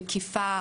מקיפה,